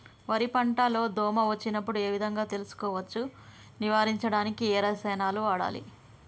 వరి పంట లో దోమ వచ్చినప్పుడు ఏ విధంగా తెలుసుకోవచ్చు? నివారించడానికి ఏ రసాయనాలు వాడాలి?